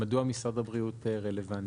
מדוע משרד הבריאות רלוונטי?